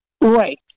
Right